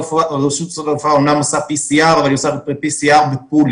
רשות שדות התעופה אמנם עושה PCR אבל היא עושה PCR בפולינג,